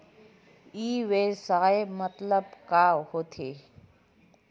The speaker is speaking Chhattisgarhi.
ई व्यवसाय मतलब का होथे?